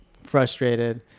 frustrated